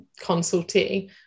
consultee